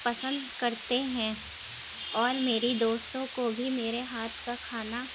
پسند کرتے ہیں اور میری دوستوں کو بھی میرے ہاتھ کا کھانا